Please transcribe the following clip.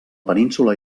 península